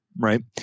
right